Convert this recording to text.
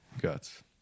Guts